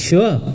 Sure